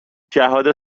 جهاد